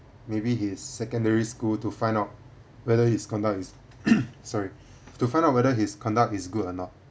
maybe his secondary school to find out whether his conduct is sorry to find out whether his conduct is good or not